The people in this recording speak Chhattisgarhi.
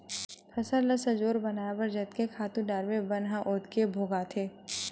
फसल ल सजोर बनाए बर जतके खातू डारबे बन ह ओतके भोगाथे